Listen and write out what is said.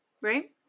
Right